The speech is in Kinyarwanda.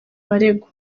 abaregwa